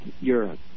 Europe